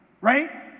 right